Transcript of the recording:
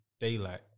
Daylight